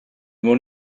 moet